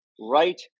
right